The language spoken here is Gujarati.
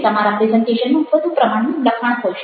તમારા પ્રેઝન્ટેશનમાં વધુ પ્રમાણમાં લખાણ હોઈ શકે